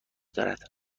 دارد